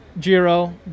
Giro